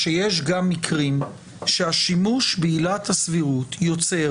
קל למחוקק להשפיע על עילת חוסר החוקיות מאשר